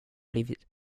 blivit